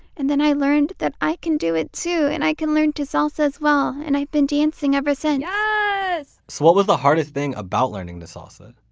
and then i learned that i can do it too. and i can learn to salsa as well. and i've been dancing ever since. yeah so what was the hardest thing about learning to salsa?